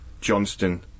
Johnston